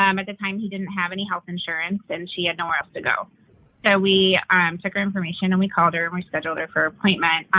um at the time, he didn't have any health insurance, and she had nowhere else to go, so we took her information and we called her and we scheduled her for appointments,